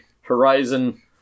horizon